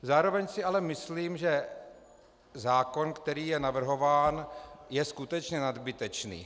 Zároveň si ale myslím, že zákon, který je navrhován, je skutečně nadbytečný.